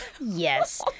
Yes